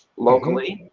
locally.